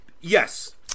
Yes